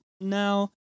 now